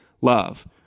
love